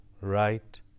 right